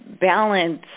balance